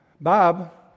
Bob